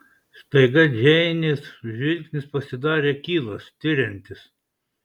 staiga džeinės žvilgsnis pasidarė akylas tiriantis